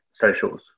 socials